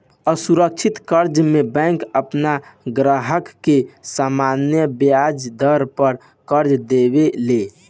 असुरक्षित कर्जा में बैंक आपन ग्राहक के सामान्य ब्याज दर पर कर्जा देवे ले